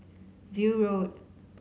View Road